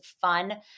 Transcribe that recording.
fun